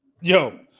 Yo